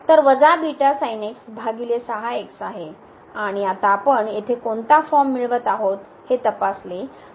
तर हे β sin x भागले आहे आणि आता आपण येथे कोणता फॉर्म मिळवत आहोत हे तपासले तर